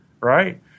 right